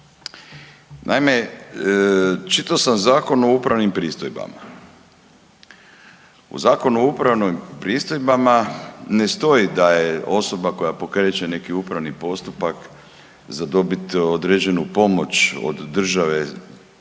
Naime, čitao sam Zakon o upravnim pristojbama u Zakonu o upravnim pristojbama ne stoji da je osoba koja pokreće neki upravni postupak za dobit određenu pomoć od države